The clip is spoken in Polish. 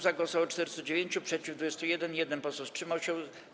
Za głosowało 409, przeciw - 21, 1 poseł wstrzymał się.